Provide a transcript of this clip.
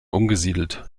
umgesiedelt